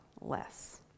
less